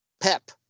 Pep